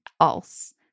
else